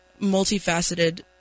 multifaceted